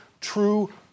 true